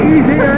Easy